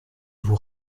vous